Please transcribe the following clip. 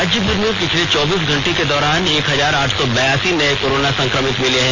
राज्य भर में पिछले चौबीस घंटे के दौरान एक हजार आठ सौ बयासी नए कोरोना संक्रमित मिले हैं